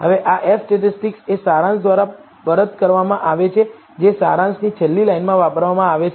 હવે આ F statistic એ સારાંશ દ્વારા પરત કરવામાં આવે છે જે સારાંશની છેલ્લી લાઈનમાં આપવામાં આવે છે